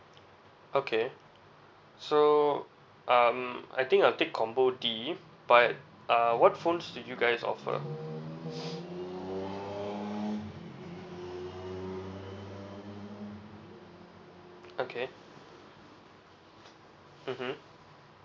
okay so um I think I'll take combo D but uh what phones do you guys offer okay mmhmm